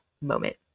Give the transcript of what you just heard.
moment